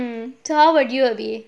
mm so how about you erby